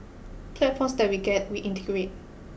platforms that we get we integrate